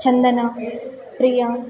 చందన ప్రియ